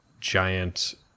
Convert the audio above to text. giant